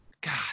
God